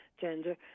gender